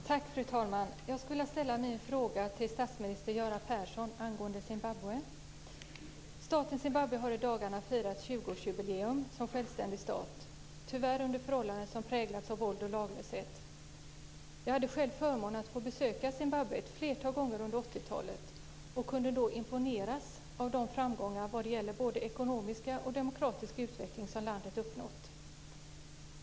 Fru talman! Jag skulle vilja ställa min fråga till statsminister Göran Persson, angående Zimbabwe. Staten Zimbabwe har i dagarna firat 20 årsjubileum som självständig stat, tyvärr under förhållanden som präglats av våld och laglöshet. Jag hade själv förmånen att få besöka Zimbabwe ett flertal gånger under 80-talet och kunde då imponeras av de framgångar vad gäller både ekonomisk och demokratisk utveckling som landet uppnått.